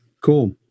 cool